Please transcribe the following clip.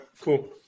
cool